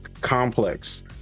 complex